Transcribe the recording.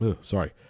Sorry